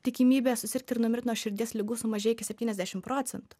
tikimybė susirgt ir numirt nuo širdies ligų sumažėjo iki septyniasdešim procentų